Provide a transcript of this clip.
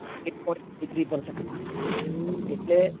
એ point three three એટલે